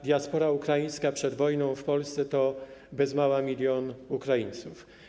Diaspora ukraińska przed wojną w Polsce to bez mała milion Ukraińców.